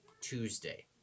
Tuesday